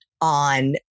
on